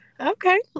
Okay